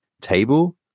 table